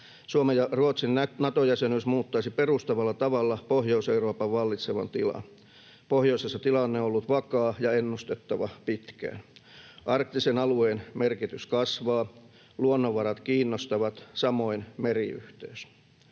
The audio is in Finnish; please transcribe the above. Suomen ja Ruotsin Nato-jäsenyys muuttaisi perustavalla tavalla Pohjois-Euroopan vallitsevaa tilaa. Pohjoisessa tilanne on ollut vakaa ja ennustettava pitkään. Arktisen alueen merkitys kasvaa, luonnonvarat kiinnostavat, samoin meriyhteys.